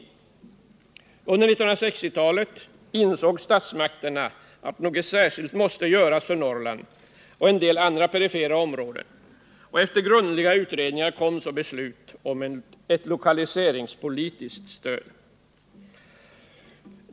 Under 1960-talet insåg statsmakterna att något särskilt måste göras för Norrland och en del andra perifera områden, och efter grundliga utredningar kom så beslutet om ett lokaliseringspolitiskt stöd.